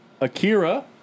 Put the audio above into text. Akira